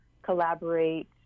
collaborate